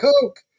Coke